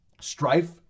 strife